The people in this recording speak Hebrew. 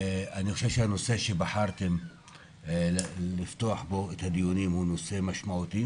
אני חושב שהנושא שבחרתם לפתוח בו את הדיונים הוא נושא משמעותי,